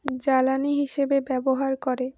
জ্বালানি হিসেবে ব্যবহার করে